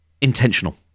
intentional